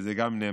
וזה גם נאמר